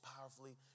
powerfully